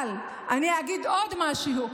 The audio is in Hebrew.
אבל אני אגיד עוד משהו: